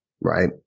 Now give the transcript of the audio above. Right